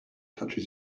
touches